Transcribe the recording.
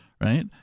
right